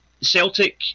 Celtic